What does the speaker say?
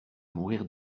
mourir